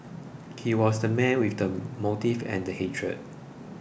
he was the man with the motive and the hatred